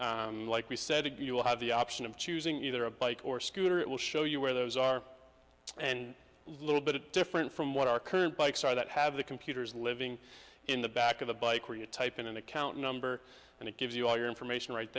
like we said you'll have the option of choosing either a bike or scooter it will show you where those are and little bit different from what our current bikes are that have the computers living in the back of a bike where you type in an account number and it gives you all your information right